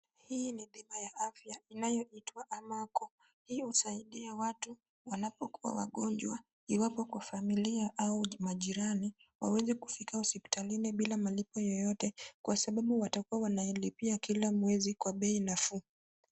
Hii ni bima ya afya inayoitwa Amaco. Hii husaidia watu wanapokua wagonjwa iwapo kwa familia au majirani, waweze kufika hospitalini bila malipo yoyote kwa sababu watakua wanalipia kila mwezi kwa bei nafuu.